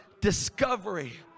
discovery